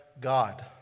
God